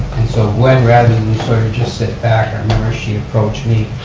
and so gwen grabbed and and so urged to sit back she approached me